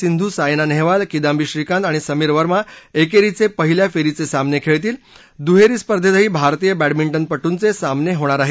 सिंधू सायना नेहवाल किदांबी श्रीकांत आणि समीर वर्मा आज एकेरीचे पहिल्या फेरीचे सामने खेळतील दुहेरी स्पर्धेतही भारतीय बॅडमिटनपटूंचे सामने होणार आहेत